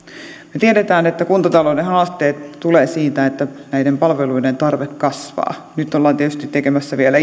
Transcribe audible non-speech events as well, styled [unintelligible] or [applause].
me tiedämme että kuntatalouden haasteet tulevat siitä että näiden palveluiden tarve kasvaa nyt ollaan tietysti tekemässä vielä [unintelligible]